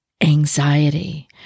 Anxiety